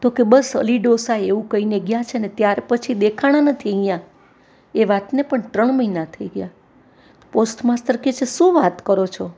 તો બસ અલી ડોસાએ એવું કહીને ગયા છે ને ત્યાર પછી દેખાયા નથી ઇયાં એ વાતને પણ ત્રણ મહિના થઈ ગયાં પોસ્ટ માસ્તર કહે છે શું વાત કરો છો